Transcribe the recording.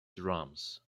drums